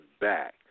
back